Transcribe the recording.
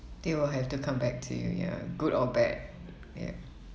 they will have to come back to you ya good or bad ya